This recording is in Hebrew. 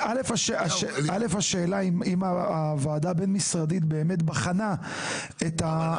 השאלה אם הוועדה הבין-משרדית באמת בחנה --- אז